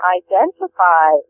identify